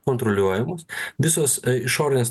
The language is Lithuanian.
kontroliuojamos visos išorinės